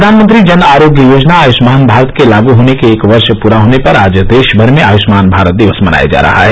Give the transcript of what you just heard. प्रधानमंत्री जन आरोग्य योजना आयुष्मान भारत के लागू होने के एक वर्ष पूरा होने पर आज देश भर में आयुष्मान भारत दिवस मनाया जा रहा है